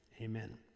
Amen